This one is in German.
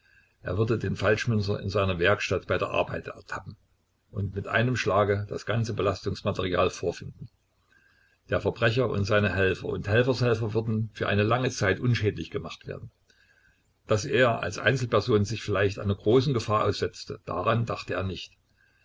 er würde den falschmünzer in seiner werkstatt bei der arbeit ertappen und mit einem schlage das ganze belastungsmaterial vorfinden der verbrecher und seine helfer und helfershelfer würden für eine lange zeit unschädlich gemacht werden daß er als einzelperson sich vielleicht einer großen gefahr aussetzte daran dachte er nicht